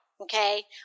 Okay